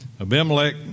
Abimelech